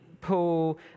Paul